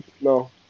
no